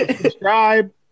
Subscribe